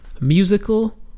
musical